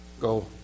Go